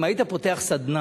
אם היית פותח סדנה